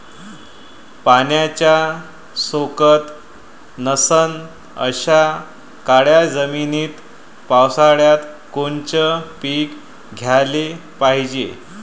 पाण्याचा सोकत नसन अशा काळ्या जमिनीत पावसाळ्यात कोनचं पीक घ्याले पायजे?